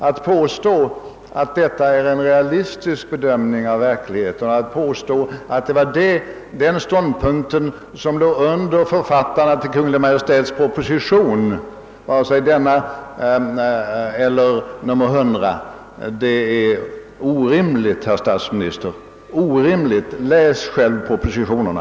Att påstå att detta är en realistisk bedömning av verkligheten och att det var den ståndpunkten som låg till grund för författarna till Kungl. Maj:ts proposition, vare sig den i höstas presenterade eller nr 100, är orimligt, herr statsminister. Läs själv propositionerna!